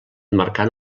marcant